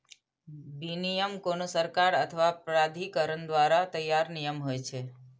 विनियम कोनो सरकार अथवा प्राधिकरण द्वारा तैयार नियम होइ छै